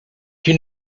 qui